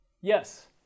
Yes